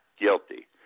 guilty